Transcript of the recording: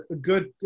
good